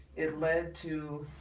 it led to